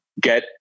get